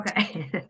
Okay